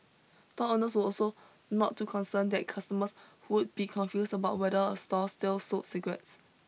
store owners were also not too concerned that customers would be confused about whether a store still sold cigarettes